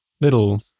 little